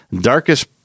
darkest